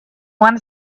wanna